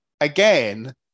Again